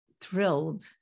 thrilled